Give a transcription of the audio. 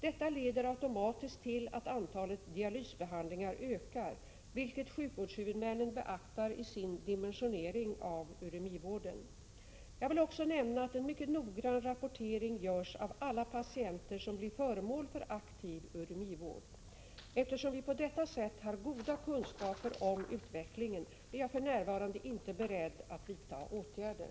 Detta leder automatiskt till att antalet dialysbehandlingar ökar, vilket sjukvårdshuvudmännen beaktar i sin dimensionering av uremivården. Jag vill också nämna att en mycket noggrann rapportering görs av alla patienter som blir föremål för aktiv uremivård. Eftersom vi på detta sätt har goda kunskaper om utvecklingen är jag för närvarande inte beredd att vidta åtgärder.